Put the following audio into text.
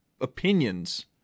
opinions